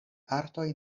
artoj